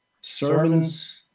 Servants